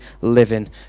living